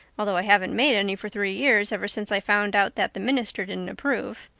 although i haven't made any for three years ever since i found out that the minister didn't approve.